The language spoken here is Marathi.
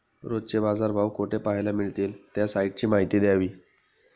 रोजचे बाजारभाव कोठे पहायला मिळतील? त्या साईटची माहिती द्यावी